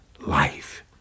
life